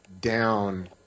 down